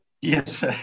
Yes